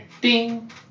Ding